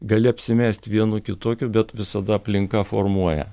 gali apsimest vienu kitokiu bet visada aplinka formuoja